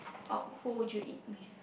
or who would you eat with